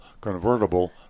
convertible